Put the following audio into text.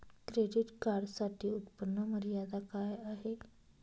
Credit कार्डसाठी उत्त्पन्न मर्यादा काय आहे?